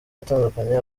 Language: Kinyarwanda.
atandukanye